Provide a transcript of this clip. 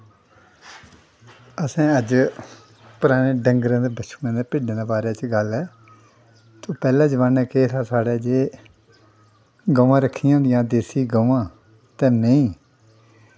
असें अज्ज परानै डंगरें ते बच्छुऐं ते भिड्डुएं दे बारै च गल्ल ऐ पैह्लै जमानै केह् हा साढ़ै जे गवां रक्खी दियां होंदियां हियां देस्सी गवां ते मैहीं